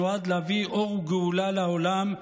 שנועד להביא אור וגאולה לעולם,